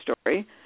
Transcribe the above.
story